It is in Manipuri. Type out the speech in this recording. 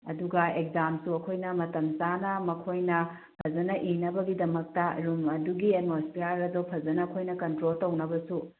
ꯑꯗꯨꯒ ꯑꯦꯛꯖꯥꯝꯁꯨ ꯑꯩꯈꯣꯏꯅ ꯃꯇꯝ ꯆꯥꯅ ꯃꯈꯣꯏꯅ ꯐꯖꯅ ꯏꯅꯕꯒꯤꯗꯃꯛꯇ ꯔꯨꯝ ꯑꯗꯨꯒꯤ ꯑꯦꯠꯃꯣꯁꯐꯤꯌꯥꯔ ꯑꯗꯣ ꯐꯖꯅ ꯑꯩꯈꯣꯏꯅ ꯀꯟꯇ꯭ꯔꯣꯜ ꯇꯧꯅꯕꯁꯨ